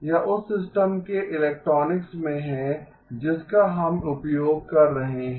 यह उस सिस्टम के इलेक्ट्रॉनिक्स में है जिसका हम उपयोग कर रहे हैं